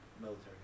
military